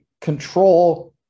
control